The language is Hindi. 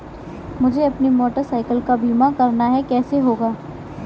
मुझे अपनी मोटर साइकिल का बीमा करना है कैसे होगा?